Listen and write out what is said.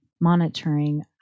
monitoring